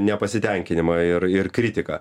nepasitenkinimą ir ir kritiką